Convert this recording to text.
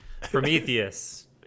Prometheus